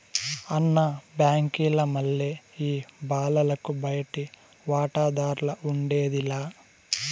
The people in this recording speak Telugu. అన్న, బాంకీల మల్లె ఈ బాలలకు బయటి వాటాదార్లఉండేది లా